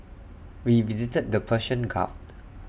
we visited the Persian gulf